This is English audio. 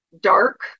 dark